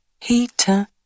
heater